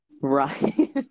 right